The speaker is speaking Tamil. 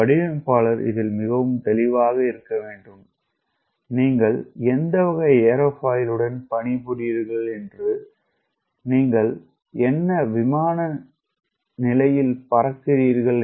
ஒரு வடிவமைப்பாளர் இதில் மிகவும் தெளிவாக இருக்க வேண்டும் நீங்கள் ஏந்த வகை ஏரோஃபாயிலுடன் பணிபுரிகிறீர்கள் என்று நீங்கள் என்ன விமான நிலையில் பறக்கிறீர்கள்